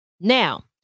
Now